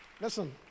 listen